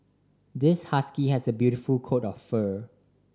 this husky has a beautiful coat of fur